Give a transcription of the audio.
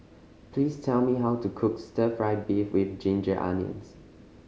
please tell me how to cook Stir Fry beef with ginger onions